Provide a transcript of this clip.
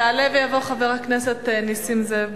יעלה ויבוא חבר הכנסת נסים זאב,